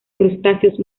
crustáceos